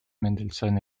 mendelssohn